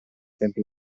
tempi